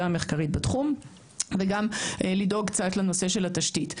המחקרית בתחום וגם לדאוג קצת לנושא של התשתית.